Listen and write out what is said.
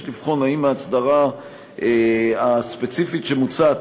יש לבחון אם ההסדרה הספציפית שמוצעת